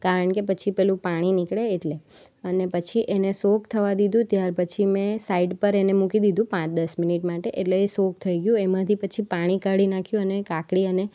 કારણ કે પછી પેલું પાણી નીકળે એટલે અને પછી એને સોક થવા દીધું ત્યાર પછી મેં સાઇડ પર એને મૂકી દીધું પાંચ દસ મિનિટ માટે એટલે એ સોક થઈ ગયું એમાંથી પછી પાણી કાઢી નાખ્યું અને કાકળી અને